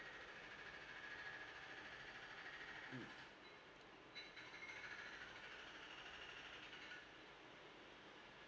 mm